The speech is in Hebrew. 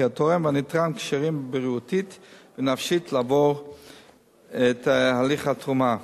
וכי התורם והנתרם כשירים בריאותית ונפשית לעבוד את הליך התרומה.